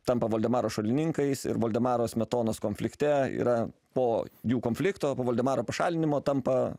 tampa voldemaro šalininkais ir voldemaro smetonos konflikte yra po jų konflikto po voldemaro pašalinimo tampa